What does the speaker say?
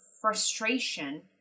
frustration